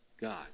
God